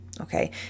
okay